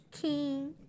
king